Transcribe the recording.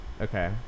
Okay